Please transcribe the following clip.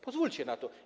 Pozwólcie na to.